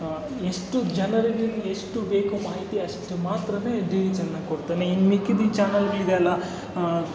ಎಷ್ಟು ಜನರಿಗೆ ಎಷ್ಟು ಬೇಕು ಮಾಹಿತಿ ಅಷ್ಟು ಮಾತ್ರವೇ ಡಿ ಡಿ ಚಾನೆಲ್ ಕೊಡ್ತಾನೆ ಇನ್ನು ಮಿಕ್ಕಿದ್ದಿದ್ದ ಚಾನೆಲ್ಗಳಿದೆ ಅಲ್ವಾ